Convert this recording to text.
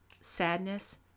sadness